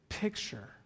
picture